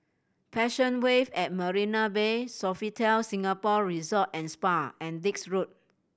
Passion Wave at Marina Bay Sofitel Singapore Resort and Spa and Dix Road